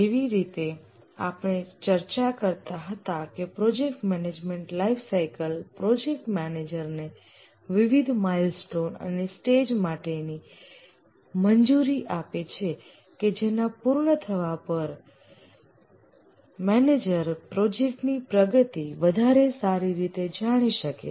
જેવી રીતે આપણે ચર્ચા કરતા હતા કે project management lifecycle project manager ને વિવિધ માઈલસ્ટોન અને સ્ટેજ માટે મંજૂરી આપે છે કે જેના પૂર્ણ થવા પર મેનેજર પ્રોજેક્ટ ની પ્રગતિ વધારે સારી રીતે જાણી શકે